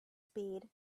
spade